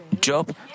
Job